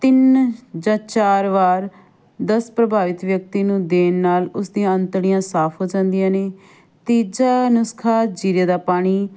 ਤਿੰਨ ਜਾਂ ਚਾਰ ਵਾਰ ਦਸਤ ਪ੍ਰਭਾਵਿਤ ਵਿਅਕਤੀ ਨੂੰ ਦੇਣ ਨਾਲ ਉਸ ਦੀਆਂ ਅੰਤੜੀਆਂ ਸਾਫ ਹੋ ਜਾਂਦੀਆਂ ਨੇ ਤੀਜਾ ਨੁਸਖਾ ਜੀਰੇ ਦਾ ਪਾਣੀ